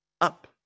up